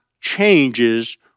changes